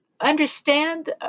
understand